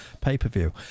pay-per-view